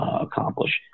accomplish